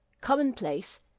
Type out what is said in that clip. commonplace